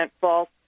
false